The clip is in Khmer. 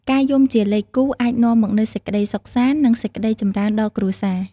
ការយំជាលេខគូអាចនាំមកនូវសេចក្តីសុខសាន្ត និងសេចក្តីចម្រើនដល់គ្រួសារ។